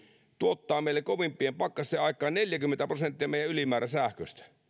tuottaa meille kovimpien pakkasten aikaan neljäkymmentä prosenttia meidän ylimääräsähköstä